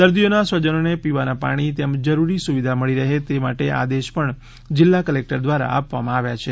દર્દીઓના સ્વજનોને પીવાના પાણી તેમજ જરૂરી સુવિધા મળી રહે તે માટે આદેશ પણ જિલ્લા કલેકટર દ્વારા આપવામાં આવ્યા છે